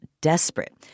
desperate